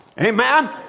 Amen